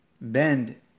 bend